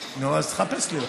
נו, אז תחפש לי אותו.